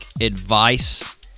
advice